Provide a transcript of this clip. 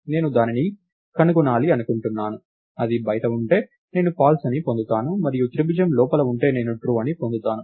నేను దానిని కనుగొనాలి అనుకుంటున్నాను అది బయట ఉంటే నేను ఫాల్స్ అని పొందుతాను మరియు త్రిభుజం లోపల ఉంటే నేను ట్రూ అని పొందుతాను